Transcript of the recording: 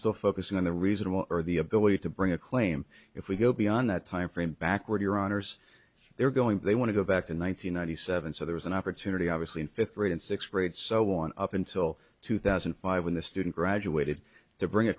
still focusing on the reasonable or the ability to bring a claim if we go beyond that time frame backward your honour's they're going they want to go back in one thousand nine hundred seven so there was an opportunity obviously in fifth grade and sixth grade so on up until two thousand and five when the student graduated to bring a